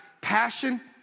passion